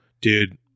Dude